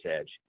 edge